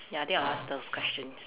ya I think I will ask those questions